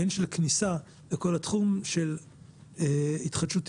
הן כל כניסה לכל התחום של התחדשות עירונית,